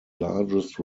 largest